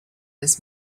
this